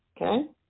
okay